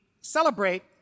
celebrate